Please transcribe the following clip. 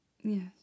Yes